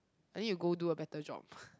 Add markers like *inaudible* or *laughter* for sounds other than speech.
I need to go do a better job *noise*